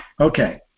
okay